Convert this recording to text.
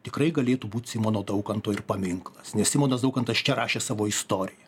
tikrai galėtų būt simono daukanto ir paminklas nes simonas daukantas čia rašė savo istoriją